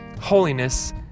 holiness